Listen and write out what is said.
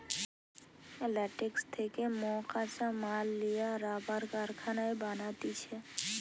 latex থেকে মকাঁচা মাল লিয়া রাবার কারখানায় বানাতিছে